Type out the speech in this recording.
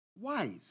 wife